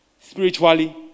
spiritually